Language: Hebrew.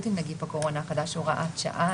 עם נגיף הקורונה החדש (הוראת שעה),